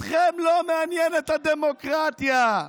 אתכם לא מעניינת הדמוקרטיה.